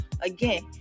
again